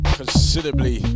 considerably